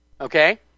Okay